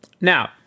Now